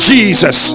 Jesus